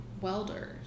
welders